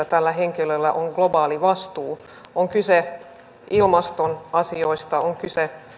tällä henkilöllä on globaali vastuu on kyse ilmaston asioista on kyse